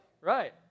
right